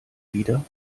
wieder